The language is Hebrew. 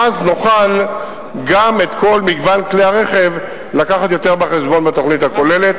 ואז נוכל גם את כל מגוון כלי הרכב להביא יותר בחשבון בתוכנית הכוללת.